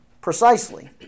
precisely